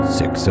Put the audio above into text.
six